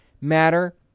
matter